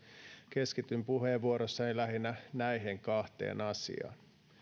keskityn puheenvuorossani lähinnä näihin kahteen asiaan